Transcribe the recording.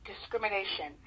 discrimination